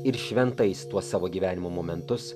ir šventais tuos savo gyvenimo momentus